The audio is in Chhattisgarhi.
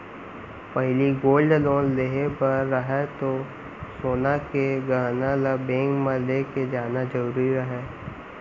पहिली गोल्ड लोन लेहे बर रहय तौ सोन के गहना ल बेंक म लेके जाना जरूरी रहय